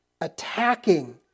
attacking